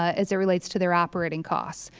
ah as it relates to their operating costs.